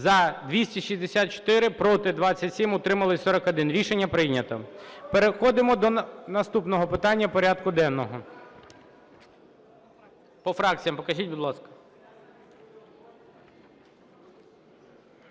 За-264 Проти – 27, утримались – 41. Рішення прийнято. Переходимо до наступного питання порядку денного. По фракціям покажіть, будь ласка.